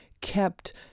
kept